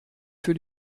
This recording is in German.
für